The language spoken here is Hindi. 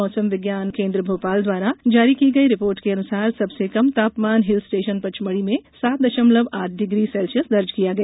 मौसम विज्ञान केन्द्र भोपाल द्वारा आज जारी की गई रिपोर्ट के अनुसार सबसे कम तापमान हिल स्टेशन पचमढ़ी में सात दशमलव आठ डिग्री सेल्सियस दर्ज किया गया